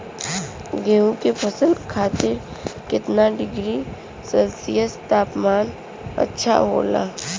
गेहूँ के फसल खातीर कितना डिग्री सेल्सीयस तापमान अच्छा होला?